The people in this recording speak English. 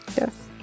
yes